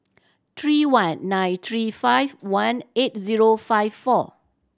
three one nine three five one eight zero five four